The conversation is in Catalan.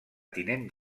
tinent